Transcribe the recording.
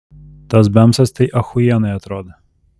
tas bemsas tai achujienai atrodo